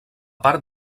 part